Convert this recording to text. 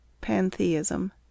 Pantheism